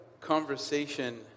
conversation